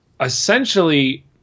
essentially